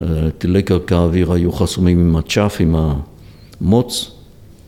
‫טילקר כאוויר היו חסומים ‫עם הצ'אף, עם המוץ.